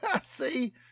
See